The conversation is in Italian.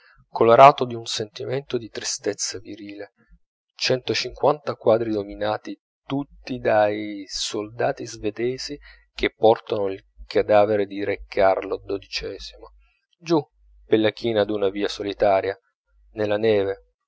colorato d'un sentimento di tristezza virile centocinquanta quadri dominati tutti dai soldati svedesi che portano il cadavere di re carlo giù per la china d'una via solitaria nella neve